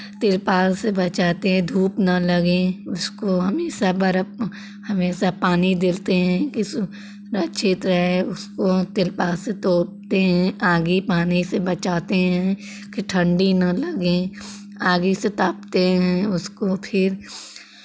त्रिपाल से बचाते हैं धूप ना लगे उसको हमेशा बर्फ हमेशा पानी देते हैं अच्छी तरह उसको त्रिपाल से तोपते हैं आगी पानी से बचाते हैं कि ठंडी ना लगे आगी से तापते हैं उसको फिर